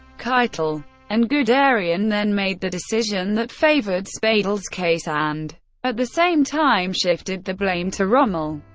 keitel and guderian then made the decision that favoured speidel's case and at the same time shifted the blame to rommel.